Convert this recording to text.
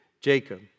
Jacob